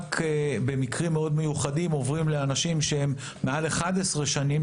ורק במקרים מאוד מיוחדים עוברים לאנשים שהם מעל 11 שנים,